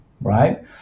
right